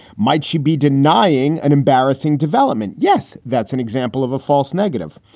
might she be denying an embarrassing development? yes. that's an example of a false negative.